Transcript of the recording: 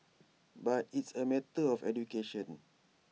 but it's A matter of education